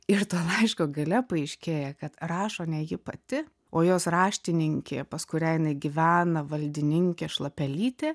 ir to laiško gale paaiškėja kad rašo ne ji pati o jos raštininkė pas kurią jinai gyvena valdininkė šlapelytė